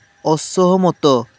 ଅସହମତ